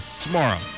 tomorrow